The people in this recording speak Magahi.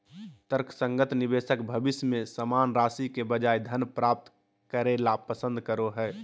तर्कसंगत निवेशक भविष्य में समान राशि के बजाय धन प्राप्त करे ल पसंद करो हइ